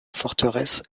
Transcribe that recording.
forteresse